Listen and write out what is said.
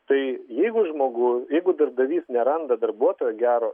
tai jeigu žmogu jeigu darbdavys neranda darbuotojo gero